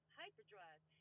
hyperdrive